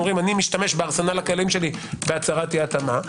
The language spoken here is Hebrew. אומרים: אני משתמש בארסנל הכלים כלי בהצהרת אי התאמה,